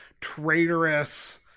traitorous